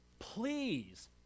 Please